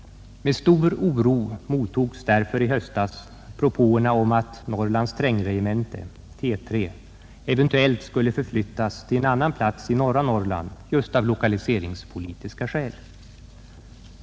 Med stor oro mottogs därför i höstas propåerna om att Norrlands trängregemente, T 3, eventuellt skulle förflyttas till en plats i norra Norrland, just av lokaliseringspolitiska skäl.